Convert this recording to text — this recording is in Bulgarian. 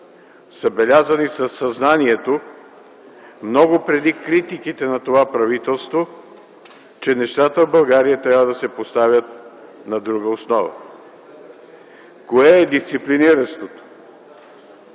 са белязани със съзнанието (много преди критиките на това правителство), че нещата в България трябва да се поставят на друга основа. Кое е дисциплиниращото?